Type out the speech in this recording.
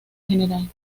gral